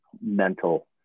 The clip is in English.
mental